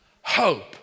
Hope